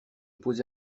posé